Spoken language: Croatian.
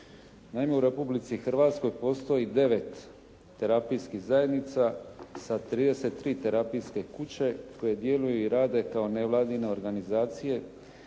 Naime u Republici Hrvatskoj postoji devet terapijskih zajednica sa 33 terapijske kuće koje djeluju i rade kao nevladine organizacije